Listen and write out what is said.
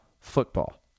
football